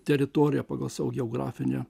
teritoriją pagal savo geografinę